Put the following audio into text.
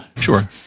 sure